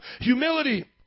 Humility